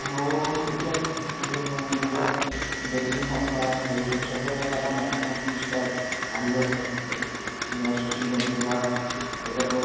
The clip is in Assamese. আৰু এতিয়া ধৰি লওক বেটিং হওক বা হেৰি হওক চবৰে এটা এটা নতুন নতুন ষ্টাইল আহি আছে শচীন তেণ্ডুলকাৰ তেখেতৰ